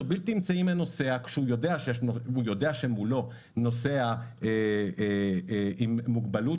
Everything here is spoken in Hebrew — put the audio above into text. בלתי אמצעי עם הנוסע כשהוא יודע שמולו נוסע עם מוגבלות.